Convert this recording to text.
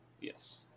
Yes